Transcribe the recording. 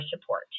support